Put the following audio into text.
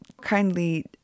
kindly